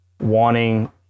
wanting